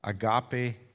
Agape